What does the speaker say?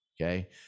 okay